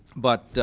but